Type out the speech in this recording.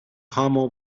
هامو